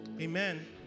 Amen